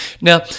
Now